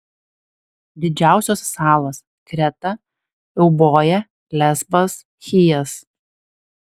didžiausios salos kreta euboja lesbas chijas